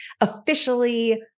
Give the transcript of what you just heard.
officially